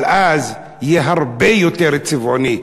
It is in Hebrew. אבל אז יהיה הרבה יותר צבעוני.